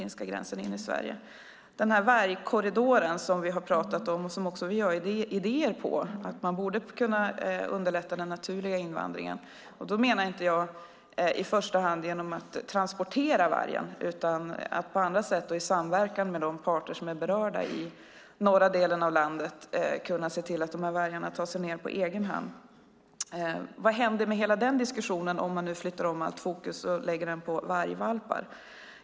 När det gäller vargkorridoren som vi har talat om har vi idéer om att man borde kunna underlätta den naturliga invandringen, inte i första hand genom att transportera vargen utan genom att i samverkan med de parter som är berörda i norra delen av landet se till att vargarna tar sig ned på egen hand. Vad händer med hela den diskussionen om man lägger allt fokus på vargvalpar?